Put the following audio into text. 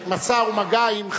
בחיפו.